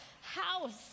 house